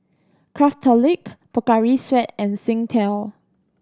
Craftholic Pocari Sweat and Singtel